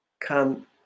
come